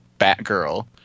Batgirl